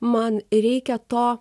man reikia to